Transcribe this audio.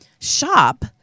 shop